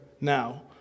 now